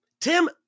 Tim